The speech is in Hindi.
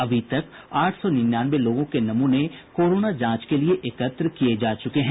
अभी तक आठ सौ निन्यानवे लोगों के नमूने कोरोना जांच के लिये एकत्र किये जा चुके हैं